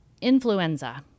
Influenza